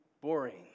boring